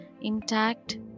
intact